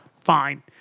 Fine